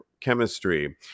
chemistry